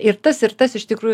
ir tas ir tas iš tikrų